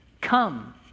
Come